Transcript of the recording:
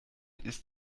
ist